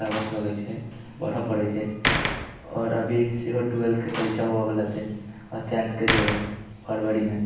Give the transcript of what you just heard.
तागत लगैत छै पढ़य पड़ैत छै आओर अभी सेहो ट्वेल्थके परीक्षा होअवला छै आओर टेंथके सेहो फरवरीमे